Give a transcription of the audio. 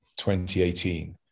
2018